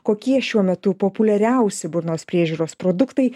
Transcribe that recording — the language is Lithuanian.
kokie šiuo metu populiariausi burnos priežiūros produktai